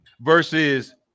versus